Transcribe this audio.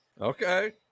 Okay